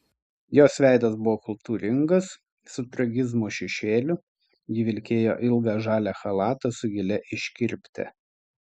jos veidas buvo kultūringas su tragizmo šešėliu ji vilkėjo ilgą žalią chalatą su gilia iškirpte